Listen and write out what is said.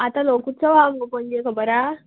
आतां लोकउत्सव मुगो पणजे खबर हा